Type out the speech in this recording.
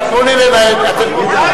אתם רוצים,